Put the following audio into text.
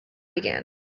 began